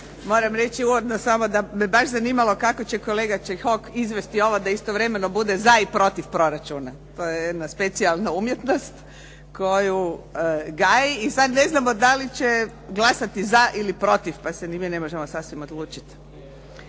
Moram reći uvodno samo da me baš zanimalo kako će kolega Čehok izvesti ovo da istovremeno bude za i protiv proračuna, to je jedna specijalna umjetnost koju gaji i sada ne znamo da li će glasati za ili protiv, pa se ni mi ne možemo sasvim odlučiti.